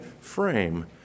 frame